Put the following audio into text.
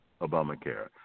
Obamacare